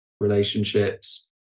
relationships